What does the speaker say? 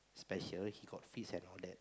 special he got fits and all that